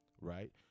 right